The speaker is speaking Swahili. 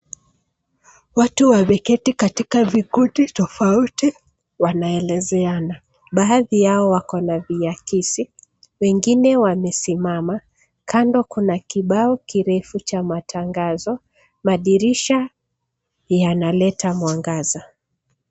Watu wameketi katika vikundi tofauti, wanaelezeana. Baadhi yao wako na viakisi. Wengine wamesimama. Kando kuna kibao kirefu cha matangazo. Madirisha yanaleta mwangaza.